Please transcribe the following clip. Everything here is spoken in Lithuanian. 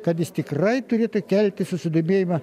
kad jis tikrai turėtų kelti susidomėjimą